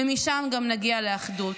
ומשם גם נגיע לאחדות.